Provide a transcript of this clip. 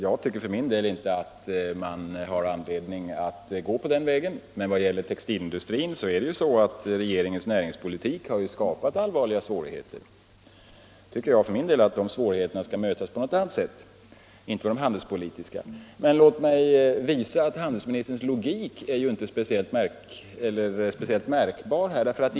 Jag tycker för min del inte att man har anledning att slå in på den vägen. Regeringens näringspolitik har skapat allvarliga svårigheter för textilindustrin, men jag tycker själv att dessa svårigheter skall lösas med andra medel än handelspolitiska. Men låt mig visa att handelsministern inte är särskilt logisk i sitt resonemang.